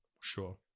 Sure